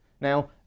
Now